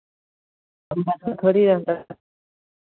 सब मासा खड़ी अंडा है